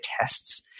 tests